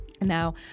now